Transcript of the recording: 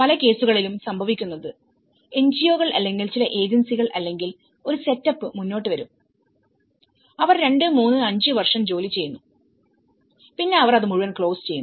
പല കേസുകളിലും സംഭവിക്കുന്നത്NGO കൾ അല്ലെങ്കിൽ ചില ഏജൻസികൾ അല്ലെങ്കിൽ ഒരു സെറ്റപ്പ് മുന്നോട്ട് വരും അവർ 235 വർഷം ജോലി ചെയ്യുന്നു പിന്നെ അവർ അത് മുഴുവൻ ക്ലോസ് ചെയ്യുന്നു